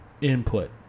input